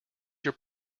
your